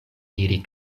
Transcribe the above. iri